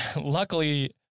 luckily